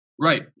Right